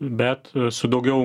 bet su daugiau